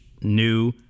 new